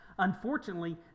Unfortunately